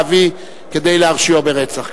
להביא כדי להרשיעו ברצח.